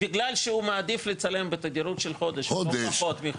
בגלל שהוא מעדיף לצלם בתדירות של חודש, לא פחות.